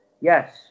Yes